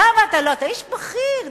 אתה איש בכיר,